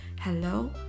hello